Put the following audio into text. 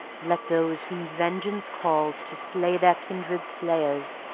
let those whom vengeance calls to slay their kindred's slayers,